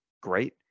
Great